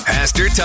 Pastor